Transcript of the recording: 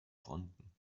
fronten